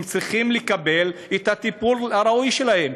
הם צריכים לקבל את הטיפול הראוי להם.